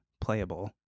playable